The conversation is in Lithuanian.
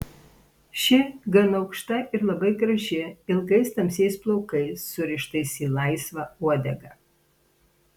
ši gan aukšta ir labai graži ilgais tamsiais plaukais surištais į laisvą uodegą